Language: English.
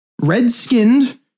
red-skinned